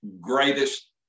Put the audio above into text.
greatest